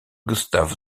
gustav